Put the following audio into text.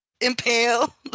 Impale